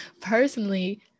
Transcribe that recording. personally